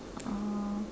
uh